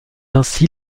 ainsi